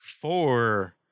Four